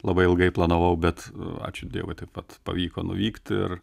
labai ilgai planavau bet ačiū dievui taip pat pavyko nuvykt ir